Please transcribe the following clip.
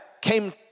came